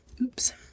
Oops